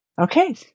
Okay